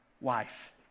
wife